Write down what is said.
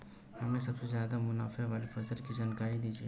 हमें सबसे ज़्यादा मुनाफे वाली फसल की जानकारी दीजिए